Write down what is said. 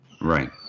Right